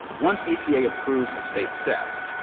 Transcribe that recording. once epa approves a state's sip,